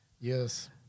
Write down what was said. Yes